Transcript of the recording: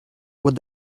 would